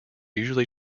usually